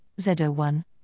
ZO1